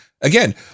again